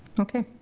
okay,